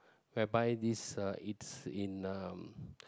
whereby this uh it's in um